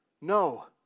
No